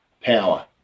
power